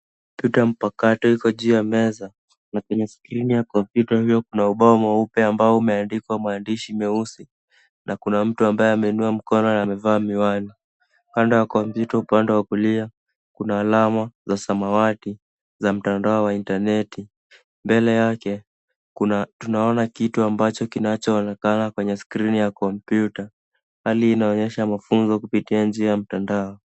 Kompyuta mpakato iko juu ya meza, na kwenye skrini ya kompyuta hiyo kuna ubao mweupe ambao umeandikwa maandishi meusi na kuna mtu ambaye ameinua mkono na amevaa miwani. Kando ya kompyuta upande wa kulia, kuna alama za samawati za mtandao wa intaneti. Mbele yake tunaona kitu ambacho kinachoonekana kwenye skrini ya kompyuta. Hali hii inaonyesha mafunzo kupita njia ya mtandao.